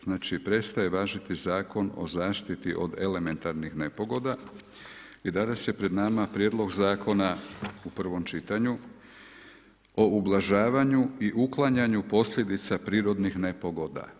Znači, prestaje važiti Zakon o zaštiti od elementarnih nepogoda i danas je pred nama Prijedlog Zakona u prvom čitanju o ublažavanju i uklanjanju posljedica prirodnih nepogoda.